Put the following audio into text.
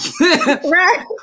Right